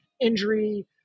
injury